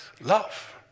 love